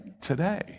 today